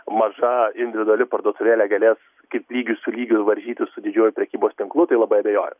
maža individuali parduotuvėlė galės kaip lygi su lygiu varžytis su didžiuoju prekybos tinklu tai labai abejoju